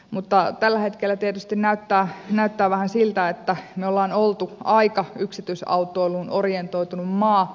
mutta tällä hetkellä tietysti näyttää vähän siltä että me olemme olleet aika yksityisautoiluun orientoitunut maa